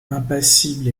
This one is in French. impassible